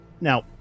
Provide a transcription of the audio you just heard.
now